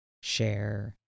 share